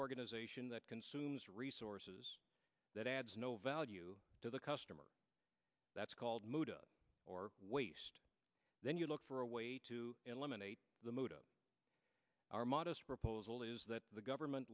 organization that consumes resources that adds no value to the customer that's called mood or waste then you look for a way to eliminate the mood of our modest proposal is that the government